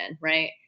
right